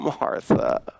Martha